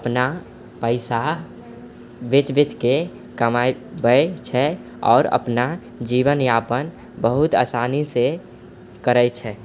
अपना पैसा बेच बेचके कमाबै छै आओर अपना जीवनयापन बहुत आसानीसँ करए छै